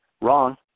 wrong